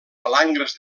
palangres